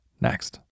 next